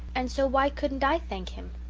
and so why couldn't i thank him?